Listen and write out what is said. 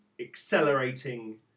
accelerating